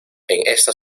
esta